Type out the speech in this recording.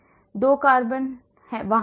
2 Cs वहाँ हैं